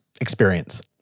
experience